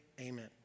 amen